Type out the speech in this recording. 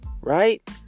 Right